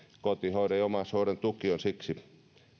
kotihoidon ja omaishoidon tuki on siksi